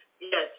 Yes